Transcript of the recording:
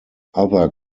other